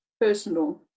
personal